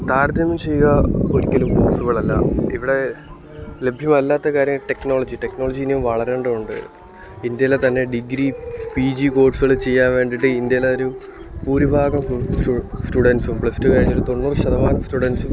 താരതമ്യം ചെയ്യുക ഒരിക്കലും പോസിബിളല്ല ഇവിടെ ലഭ്യമല്ലാത്ത കാര്യം ടെക്നോളജി ടെക്നോളജി ഇനിയും വളരേണ്ടതുണ്ട് ഇന്ത്യയിലേ തന്നെ ഡിഗ്രി പി ജി കോഴ്സുകള് ചെയ്യാൻ വേണ്ടിയിട്ട് ഇന്ത്യയിലെ ഒരു ഭൂരിഭാഗം സ്റ്റു സ്റ്റുഡൻസ്സും പ്ലസ് റ്റു കഴിഞ്ഞൊരു തൊണ്ണൂറു ശതമാനം സ്റ്റുഡൻസ്സും